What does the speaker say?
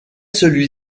celui